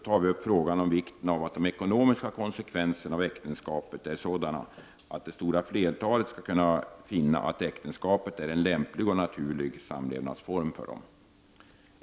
tar vi upp frågan om vikten av att de ekonomiska konsekvenserna av äktenskapet är sådana att det stora flertalet skall finna att äktenskapet är en lämplig och naturlig samlevnadsform för dem.